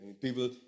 people